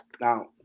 Now